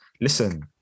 Listen